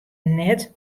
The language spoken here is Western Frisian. net